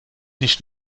nicht